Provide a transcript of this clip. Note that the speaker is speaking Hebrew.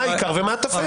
מה העיקר ומה הטפל.